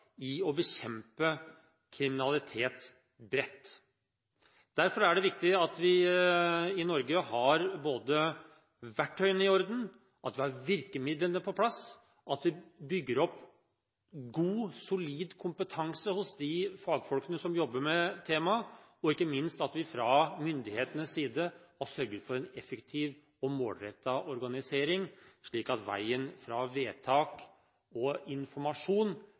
å bekjempe kriminalitet bredt. Derfor er det viktig at vi i Norge har verktøyene i orden, at vi har virkemidlene på plass, at vi bygger opp god, solid kompetanse hos de fagfolkene som jobber med temaet, og ikke minst at vi fra myndighetenes side sørger for en effektiv og målrettet organisering, slik at veien blir kort fra vedtak og informasjon